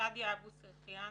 שאדי אבו טטיאן,